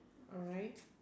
alright